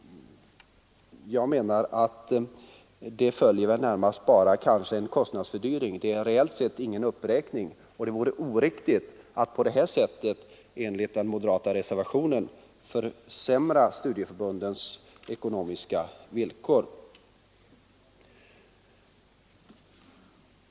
Jag menar att anslaget närmast följer kostnadsökningen. Höjningen innebär reellt sett ingen uppräkning. Det vore oriktigt att i enlighet med den moderata reservationen försämra studieförbundens ekonomiska villkor.